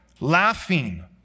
laughing